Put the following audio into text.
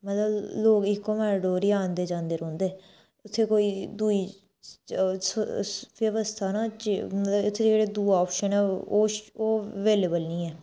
मतलब लोक इक्को मैटाडोर च आंदे जांदे रौंह्दे उत्थें कोई दुई बवस्था न मतलब उत्थें जेह्ड़े दूआ आपशन ओह् ओह् अवेलव नी ऐ